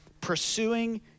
Pursuing